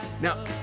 now